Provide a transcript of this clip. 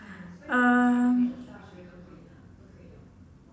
um